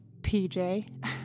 PJ